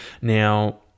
Now